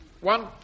One